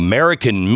American